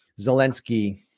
Zelensky